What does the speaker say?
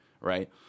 right